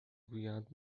گویند